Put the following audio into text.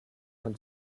von